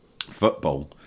football